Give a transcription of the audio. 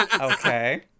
okay